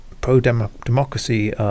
pro-democracy